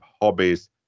hobbies